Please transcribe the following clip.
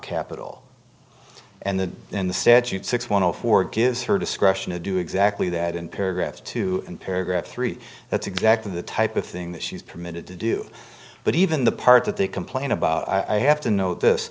capital and the in the statute six one hundred four gives her discretion to do exactly that in paragraph two and paragraph three that's exactly the type of thing that she's permitted to do but even the part that they complain about i have to know this